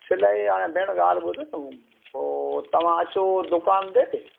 सिलाई हाणे भेण ॻाल्हि ॿुध तू पोइ तव्हां अचो दुकानु ते